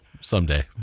Someday